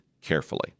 carefully